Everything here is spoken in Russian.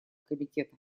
комитета